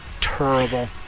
Terrible